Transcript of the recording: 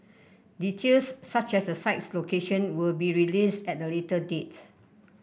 details such as the site's location will be released at a later date